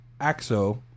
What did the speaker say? Axo